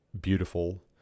beautiful